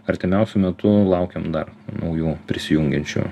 artimiausiu metu laukiam dar naujų prisijungiančių